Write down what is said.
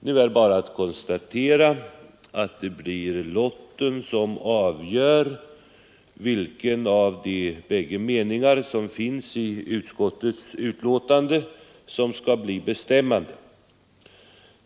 Nu är det bara att konstatera att det blir lotten som avgör vilken av de bägge meningarna i utskottets betänkande som skall bli bestämmande.